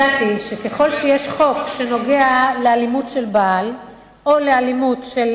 הצעתי שככל שיש חוק שנוגע לאלימות של בעל או לאלימות של